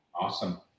awesome